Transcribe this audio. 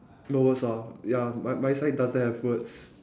no words ah ya my my side doesn't have words